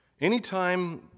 Anytime